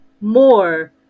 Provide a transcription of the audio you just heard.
more